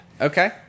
Okay